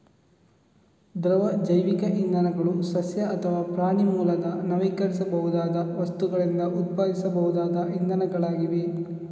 ದ್ರವ ಜೈವಿಕ ಇಂಧನಗಳು ಸಸ್ಯ ಅಥವಾ ಪ್ರಾಣಿ ಮೂಲದ ನವೀಕರಿಸಬಹುದಾದ ವಸ್ತುಗಳಿಂದ ಉತ್ಪಾದಿಸಬಹುದಾದ ಇಂಧನಗಳಾಗಿವೆ